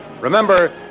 Remember